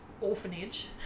orphanage